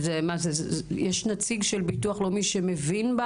יש נציג של ביטוח לאומי שמבין?